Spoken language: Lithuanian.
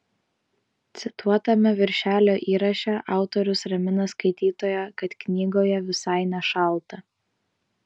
cituotame viršelio įraše autorius ramina skaitytoją kad knygoje visai nešalta